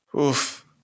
Oof